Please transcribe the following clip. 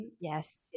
Yes